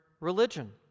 religion